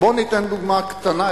בואו ניתן דוגמה קטנה,